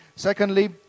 Secondly